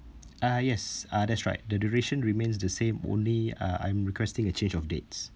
uh yes uh that's right the duration remains the same only uh I'm requesting a change of dates